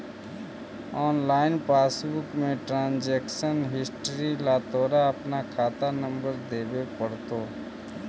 online passbook में transaction history ला तोरा अपना खाता नंबर देवे पडतो